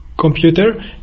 computer